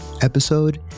episode